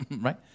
right